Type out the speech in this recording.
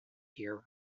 here